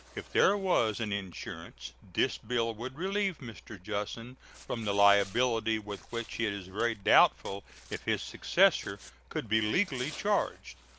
if there was an insurance, this bill would relieve mr, jussen from the liability with which it is very doubtful if his successor could be legally charged,